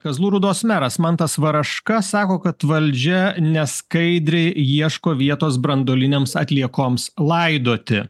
kazlų rūdos meras mantas varaška sako kad valdžia neskaidriai ieško vietos branduolinėms atliekoms laidoti